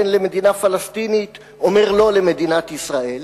למדינה פלסטינית אומר לא למדינת ישראל,